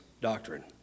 doctrine